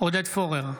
עודד פורר,